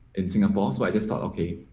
in singapore, so i just thought okay.